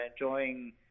enjoying